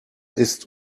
ist